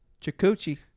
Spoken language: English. Chikuchi